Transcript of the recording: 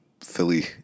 Philly